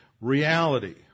reality